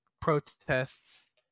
protests